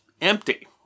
empty